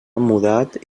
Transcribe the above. mudat